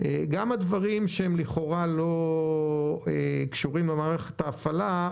גם הדברים שהם לכאורה לא קשורים למערכת ההפעלה,